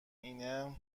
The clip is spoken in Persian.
اینه